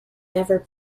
never